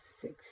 six